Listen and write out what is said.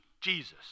Jesus